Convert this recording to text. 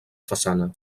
façana